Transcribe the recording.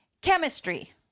chemistry